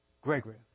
Gregory